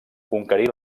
conquerir